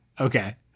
Okay